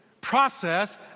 process